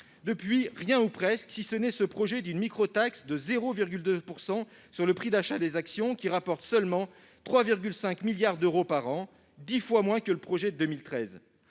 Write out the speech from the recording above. Depuis lors, rien ou presque, si ce n'est ce projet d'une microtaxe de 0,2 % sur le prix d'achat des actions, qui rapporte seulement 3,5 milliards d'euros par an, soit dix fois moins que le projet de 2013.